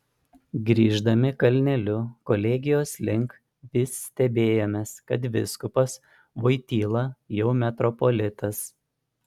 grįždami kalneliu kolegijos link vis stebėjomės kad vyskupas voityla jau metropolitas